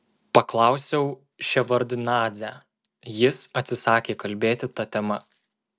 paklausiau ševardnadzę jis atsisakė kalbėti ta tema